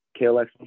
KLX